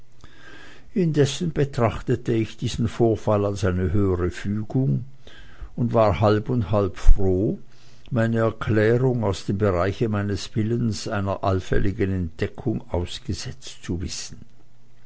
indessen betrachtete ich diesen vorfall als eine höhere fügung und war halb und halb froh meine erklärung aus dem bereiche meines willens einer allfälligen entdeckung ausgesetzt zu wissen